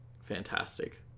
Fantastic